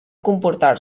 comportar